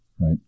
right